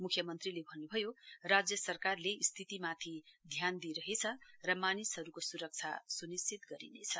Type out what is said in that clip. म्ख्यमन्त्रीले भन्न्भयो राज्य सरकारले स्थितिमाथि ध्यान दिइरहेछ र मानिसहरूको स्रक्षा स्निश्चित गरिनेछ